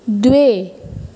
द्वे